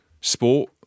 Sport